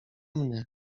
mnie